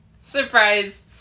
surprise